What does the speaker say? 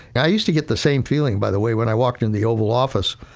i used to get the same feeling, by the way, when i walked in the oval office,